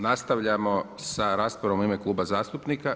Nastavljamo sa raspravom u ime Kluba zastupnika.